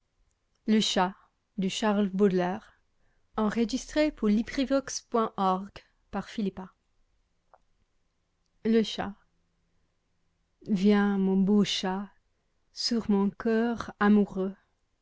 le chat viens mon beau chat sur mon coeur amoureux